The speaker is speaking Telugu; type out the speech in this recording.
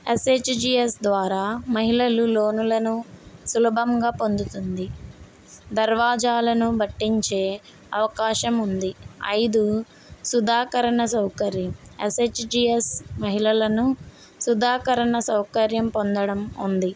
ఎస్హెచ్జిస్ ద్వారా మహిళలు లోనులను సులభంగా పొందుతుంది దర్వాజాలను బట్టించే అవకాశం ఉంది ఐదు సుధాకరణ సౌకర్యం ఎస్హెచ్జిస్ మహిళలను సుధాకరణ సౌకర్యం పొందడం ఉంది